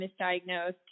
misdiagnosed